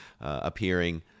appearing